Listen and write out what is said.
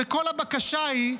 וכל הבקשה היא,